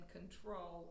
control